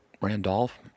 Randolph